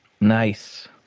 Nice